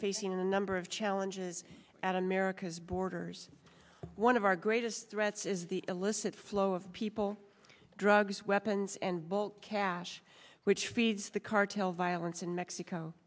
facing a number of challenges at america's borders one of our greatest threats is the illicit flow of people drugs weapons and bulk cash which feeds the cartel violence in mexico